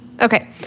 Okay